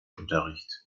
unterricht